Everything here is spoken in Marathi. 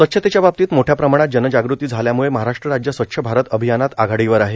स्वच्छतेच्या बाबतीत मोठ्या प्रमाणात जनजाग़ती झाल्याम्ळे महाराष्ट्र राज्य स्वच्छ भारत अभियानात आघाडीवर आहे